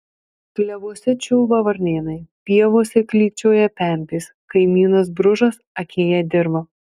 klevuose čiulba varnėnai pievose klykčioja pempės kaimynas bružas akėja dirvą